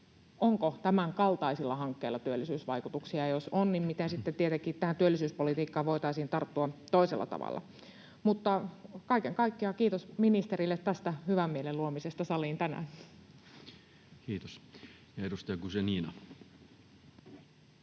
onko tämänkaltaisilla hankkeilla työllisyysvaikutuksia, ja jos on, niin miten sitten tietenkin tähän työllisyyspolitiikkaan voitaisiin tarttua toisella tavalla. Kaiken kaikkiaan kiitos ministerille tästä hyvän mielen luomisesta saliin tänään. [Speech 163] Speaker: